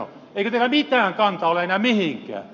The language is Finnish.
eikö teillä mitään kantaa ole enää mihinkään